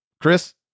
Chris